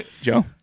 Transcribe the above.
Joe